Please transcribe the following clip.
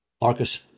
Marcus